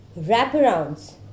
Wraparounds